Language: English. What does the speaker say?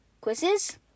quizzes